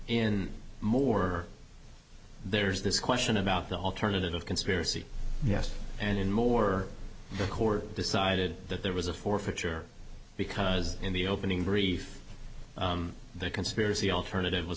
in more there's this question about the alternative of conspiracy yes and in more the court decided that there was a forfeiture because in the opening brief the conspiracy alternative was